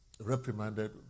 reprimanded